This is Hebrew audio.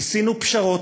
ניסינו פשרות,